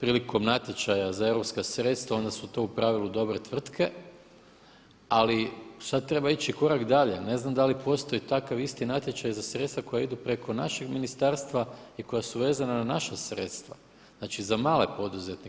prilikom natječaja za europska sredstva onda su to u pravilu dobre tvrtke, ali sad treba ići korak dalje a ne znam da li postoji takav isti natječaj za sredstva koja idu preko našeg ministarstva i koja su vezana na naša sredstva znači za male poduzetnike.